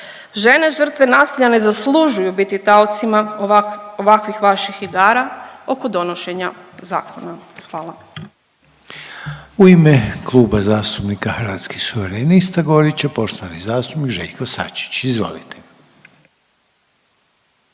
Žene žrtve nasilja ne zaslužuju biti taocima ovakvih vaših igara oko donošenja zakona. Hvala. **Reiner, Željko (HDZ)** U ime Kluba zastupnika Hrvatskih suverenista govorit će poštovani zastupnik Željko Sačić, izvolite.